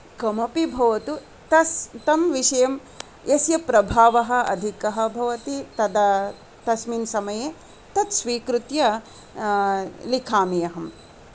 कमपि भवतु तस् तं विषयं यस्य प्रभावः अधिकः भवति तदा तस्मिन् समये तत्स्विकृत्य लिखामि अहम्